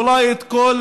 אולי של כל